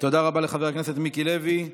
תודה רבה לחבר הכנסת מיקי לוי.